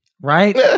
Right